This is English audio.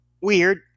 weird